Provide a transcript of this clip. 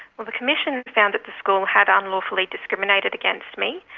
well, the commission found that the school had unlawfully discriminated against me.